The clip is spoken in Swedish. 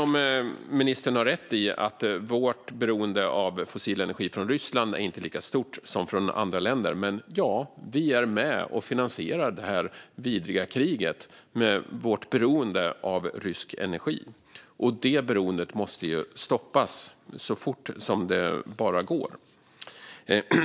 Ministern har rätt i att vårt beroende av fossil energi från Ryssland inte är lika stort som när det gäller andra länder, men vi är med och finansierar det här vidriga kriget med vårt beroende av rysk energi. Detta beroende måste stoppas så fort som det bara går.